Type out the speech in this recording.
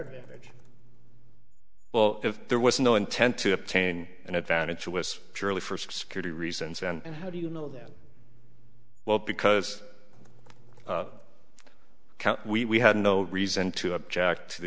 advantage well if there was no intent to obtain an advantage to us purely for security reasons and how do you know that well because count we had no reason to object to the